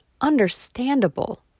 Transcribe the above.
understandable